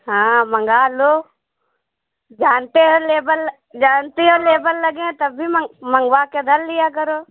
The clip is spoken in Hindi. हाँ मंगालो जानते है लेबल जानते है लेबल लगे है तब भी मंग मँगवा के धर लिया करो